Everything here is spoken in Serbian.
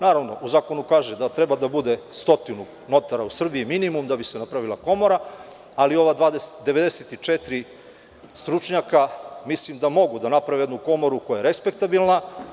Naravno, u zakonu kaže da treba da bude minimum 100 notara u Srbiji da bi se napravila komora, ali ova 94 stručnjaka mislim da mogu da naprave jednu komoru koja je respektabilna.